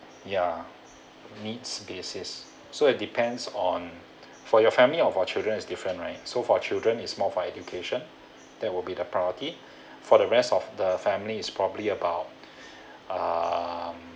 ya needs basis so it depends on for your family of our children is different right so for children is more for education that will be the priority for the rest of the family is probably about um